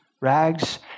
rags